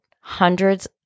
hundreds